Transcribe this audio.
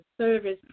service